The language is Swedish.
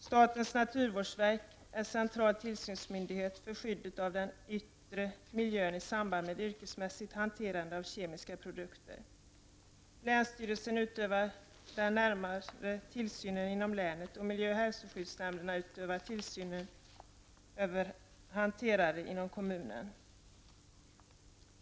Statens naturvårdsverk är central tillsynsmyndighet för skyddet av den yttre miljön i samband med yrkesmässig hantering av kemiska produkter. Länsstyrelsen utövar den närmare tillsynen inom länet och miljö och hälsoskyddsnämnden utövar tillsyn över hanterare inom kommunen.